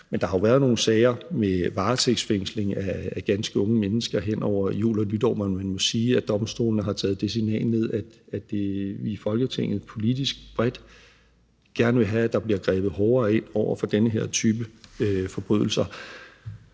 Men der har jo været nogle sager med varetægtsfængsling af ganske unge mennesker hen over jul og nytår, hvor man må sige, at domstolene har taget det signal ned, at vi i Folketinget politisk bredt gerne vil have, at der bliver grebet hårdere ind over for den her type forbrydelser.